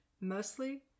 mostly